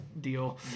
deal